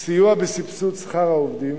סיוע בסבסוד שכר העובדים